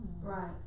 Right